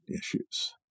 issues